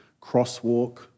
Crosswalk